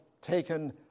taken